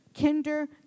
kinder